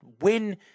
win